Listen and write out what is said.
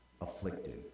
afflicted